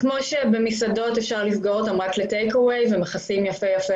כמו שבמסעדות אפשר לסגור רק ל-Takw Away ומכסים יפה-יפה